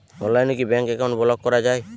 অনলাইনে কি bank account block করা য়ায়?